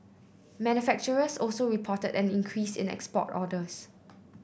manufacturers also reported an increase in export orders